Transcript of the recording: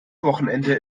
wochenende